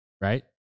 right